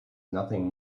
nothing